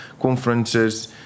conferences